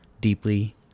deeply